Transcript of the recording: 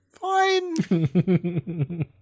fine